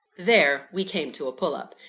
there we came to a pull-up.